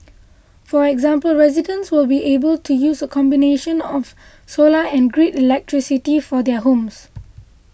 for example residents will be able to use a combination of solar and grid electricity for their homes